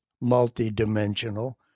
multi-dimensional